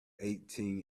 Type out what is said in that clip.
eighteen